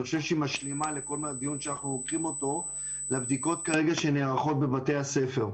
חושב שהיא משלימה לבדיקות שנערכות בבתי הספר כרגע.